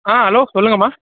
ஆ hello சொல்லுங்கம்மா